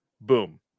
boom